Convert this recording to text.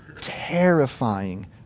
terrifying